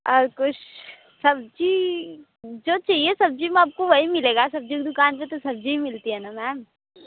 और कुछ सब्जी जो चाहिए सब्जी में आपको वही मिलेगा सब्जी की दुकान पर तो सब्जी ही मिलती है ना मैम